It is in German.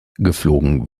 geflogen